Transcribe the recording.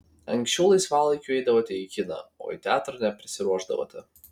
anksčiau laisvalaikiu eidavote į kiną o į teatrą neprisiruošdavote